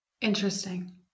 Interesting